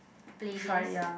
play this